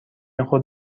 خود